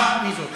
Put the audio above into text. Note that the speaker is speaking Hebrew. מי זאת?